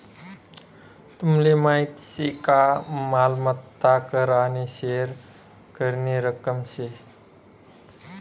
तुमले माहीत शे का मालमत्ता कर आने थेर करनी रक्कम शे